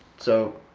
so.